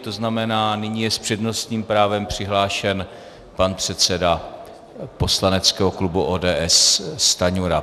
To znamená, nyní je s přednostním právem přihlášen pan předseda poslaneckého klubu ODS Stanjura.